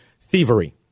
thievery